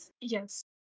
Yes